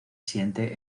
siente